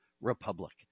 republic